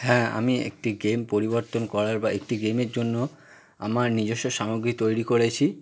হ্যাঁ আমি একটি গেম পরিবর্তন করার বা একটি গেমের জন্য আমার নিজস্ব সামগ্রী তৈরি করেছি